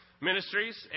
Ministries